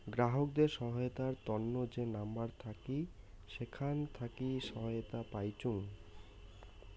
গ্রাহকদের সহায়তার তন্ন যে নাম্বার থাকি সেখান থাকি সহায়তা পাইচুঙ